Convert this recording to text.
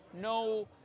no